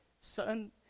son